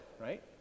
right